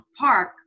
park